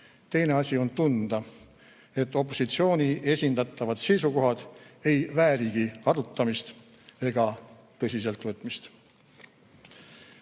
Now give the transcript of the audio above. teine asi on tunda, et opositsiooni esindatavad seisukohad ei väärigi arutamist ega tõsiselt võtmist.